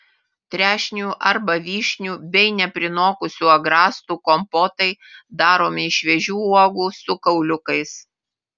trešnių arba vyšnių bei neprinokusių agrastų kompotai daromi iš šviežių uogų su kauliukais